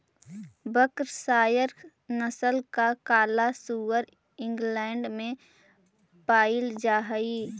Berkshire नस्ल का काला सुअर इंग्लैण्ड में पायिल जा हई